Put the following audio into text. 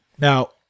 Now